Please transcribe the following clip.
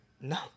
No